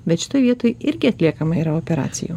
bet šitoj vietoj irgi atliekama yra operacijų